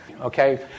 okay